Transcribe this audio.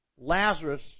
Lazarus